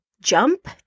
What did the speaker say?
jump